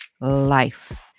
life